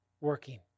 working